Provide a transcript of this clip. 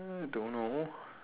I don't know